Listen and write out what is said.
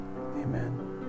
Amen